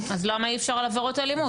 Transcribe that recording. למה אי-אפשר על עבירות אלימות?